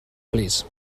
plîs